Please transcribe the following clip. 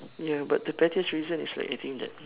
ya but the pettiest reason is like I think that